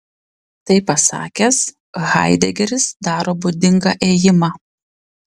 tai pasakęs haidegeris daro būdingą ėjimą